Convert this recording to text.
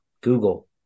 Google